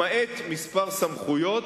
למעט כמה סמכויות,